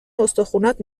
استخونات